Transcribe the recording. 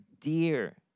dear